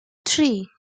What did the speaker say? three